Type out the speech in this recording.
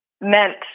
meant